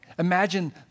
Imagine